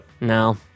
No